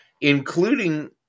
including